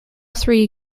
three